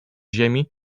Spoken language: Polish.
ziemi